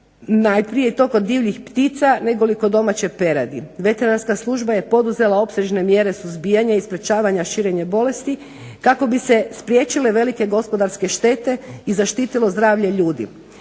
najprije i to kod divljih ptica, nekoliko domaće peradi. Veterinarska služba je poduzela opsežne mjere suzbijanja i sprečavanja širenja bolesti kako bi se spriječile velike gospodarske štete i zaštitilo zdravlje ljudi.